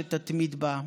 על אמונה שתתמיד בה,